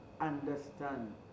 understand